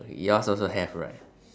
yours also have right